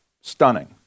Stunning